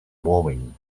warming